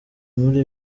muri